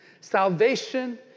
Salvation